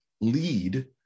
lead